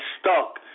stuck